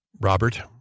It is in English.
Robert